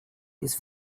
his